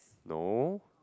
no